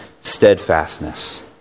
steadfastness